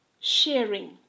sharing